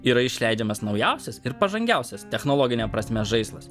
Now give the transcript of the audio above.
yra išleidžiamas naujausias ir pažangiausias technologine prasme žaislas